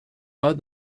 pas